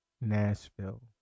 Nashville